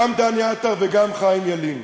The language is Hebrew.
גם דני עטר וגם חיים ילין,